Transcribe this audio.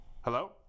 Hello